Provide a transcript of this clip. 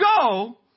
go